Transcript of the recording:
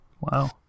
Wow